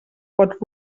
pot